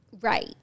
Right